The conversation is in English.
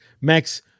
Max